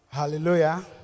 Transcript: hallelujah